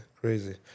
Crazy